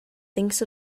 thinks